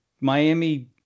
Miami